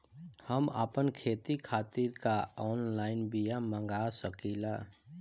हम आपन खेती खातिर का ऑनलाइन बिया मँगा सकिला?